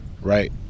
right